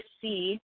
see